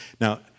Now